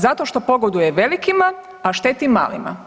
Zato što pogoduje velikima, a šteti malima.